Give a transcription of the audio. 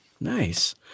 Nice